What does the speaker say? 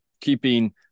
keeping